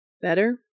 Better